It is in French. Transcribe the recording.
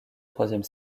troisième